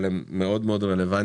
אבל הם מאוד מאוד רלוונטיים